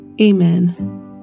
Amen